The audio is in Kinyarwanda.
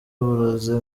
uburozi